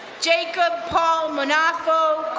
jacob paul munafo,